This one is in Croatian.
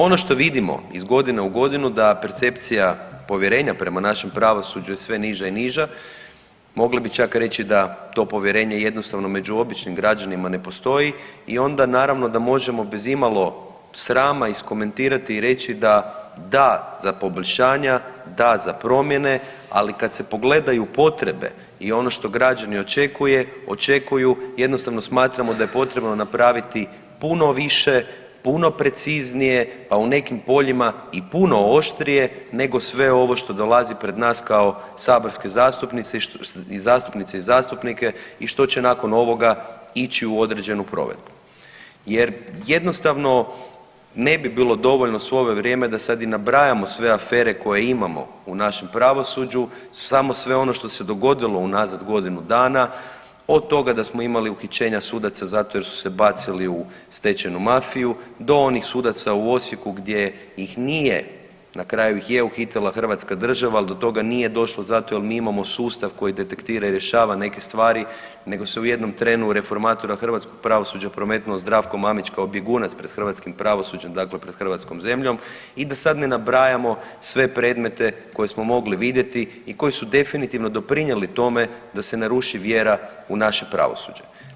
Ono što vidimo iz godine u godinu da percepcija povjerenja prema našem pravosuđu je sve niža i niža, mogli bi čak reći da to povjerenje jednostavno među običnim građanima ne postoji i onda naravno da možemo bez imalo srama iskomentirati i reći da da za poboljšanja, da za promjene, ali kad se pogledaju potrebe i ono što građani očekuje, očekuju jednostavno smatramo da je potrebno napraviti puno više, puno preciznije, a u nekim poljima i puno oštrije nego sve ovo što dolazi pred nas kao saborske zastupnice i zastupnice i zastupnike i što će nakon ovoga ići u određenu provedbu jer jednostavno ne bi bilo dovoljno svo ovo vrijeme da sad i nabrajamo sve afere koje imamo u našem pravosuđu, samo sve ono što se dogodilo unazad godinu dana, od toga da smo imali uhićenja sudaca zato jer su se bacili u stečajnu mafiju do onih sudaca u Osijeku gdje ih nije, na kraju ih je uhitila Hrvatska država ali do toga nije došlo zato jer mi imamo sustav koji detektira i rješava neke stvari nego se u jednom trenu u reformatora hrvatskog pravosuđa prometnuo Zdravko Mamić kao bjegunac pred hrvatskim pravosuđem dakle pred hrvatskom zemljom i da sad ne nabrajamo sve predmete koje smo mogli vidjeti i koji su definitivno doprinijeli tome da se naruši vjera u naše pravosuđe.